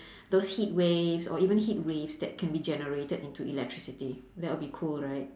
those heatwaves or even heatwaves that can be generated into electricity that will be cool right